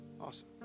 Awesome